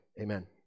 Amen